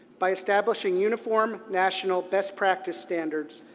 by establishing uniform national best practice standards,